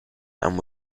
and